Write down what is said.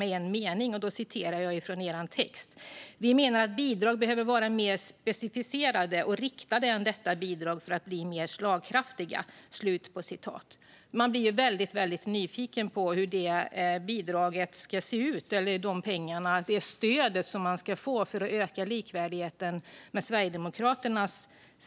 Jag citerar ur er text: "Vi menar att bidrag behöver vara mer specificerade och riktade än detta bidrag för att bli slagkraftiga." Man blir väldigt nyfiken på hur det stöd man ska få för att öka likvärdigheten ska se ut enligt Sverigedemokraterna.